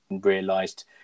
realised